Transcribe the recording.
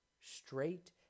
Straight